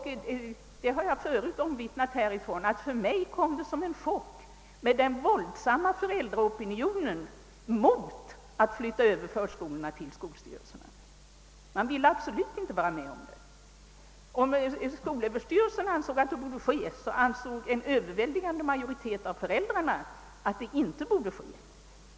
Jag har förut från denna talarstol omvittnat att den våldsamma föräldraopinionen mot att flytta över förskolan till skolöverstyrelsen för mig kom som en chock. Man ville absolut inte vara med om det. Om skolöverstyrelsen ansåg att överflyttningen skulle ske, så ansåg en överväldigande del av föräldrarna att den inte borde ske.